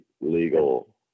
legal